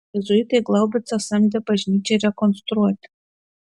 jėzuitai glaubicą samdė bažnyčiai rekonstruoti